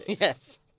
Yes